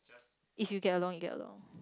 if you get along you get along